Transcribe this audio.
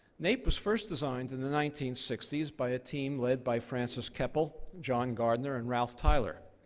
naep was first designed in the nineteen sixty s by a team led by francis keppel, john gardner, and ralph tyler.